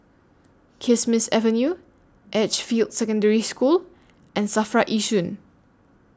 Kismis Avenue Edgefield Secondary School and SAFRA Yishun